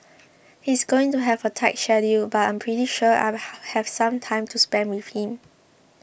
he's going to have a tight schedule but I'm pretty sure I'll have some time to spend with him